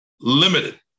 limited